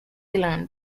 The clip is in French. islands